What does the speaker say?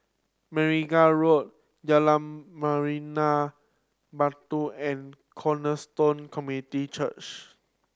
Road Jalan Memrina Barat and Cornerstone Community Church